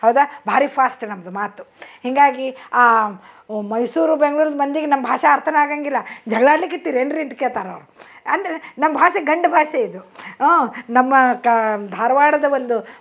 ಹೌದಾ ಭಾರೀ ಫಾಸ್ಟ್ ನಮ್ಮದು ಮಾತು ಹೀಗಾಗಿ ಮೈಸೂರು ಬೆಂಗ್ಳೂರದು ಮಂದಿಗೆ ನಮ್ಮ ಭಾಷೆ ಅರ್ಥನೇ ಆಗೋಂಗಿಲ್ಲ ಜಗಳ ಆಡ್ಲಿಕತ್ತೀರೇನು ರೀ ಅಂತ ಕೇಳ್ತಾರ್ ಅವ್ರು ಅಂದರೆ ನಮ್ಮ ಭಾಷೆ ಗಂಡು ಭಾಷೆ ಇದು ಹಾಂ ನಮ್ಮ ಕಾ ಧಾರವಾಡದ ಒಂದು